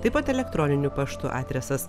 taip pat elektroniniu paštu adresas